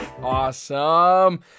Awesome